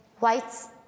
whites